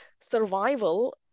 Survival